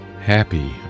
Happy